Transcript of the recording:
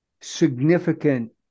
significant